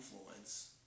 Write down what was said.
influence